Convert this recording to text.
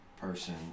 person